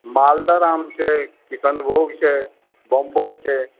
मालदह आम छै कृष्णभोग छै बम्बइ छै